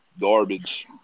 garbage